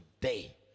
today